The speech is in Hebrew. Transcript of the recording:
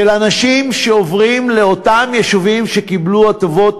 של אנשים שעוברים לאותם יישובים שקיבלו הטבות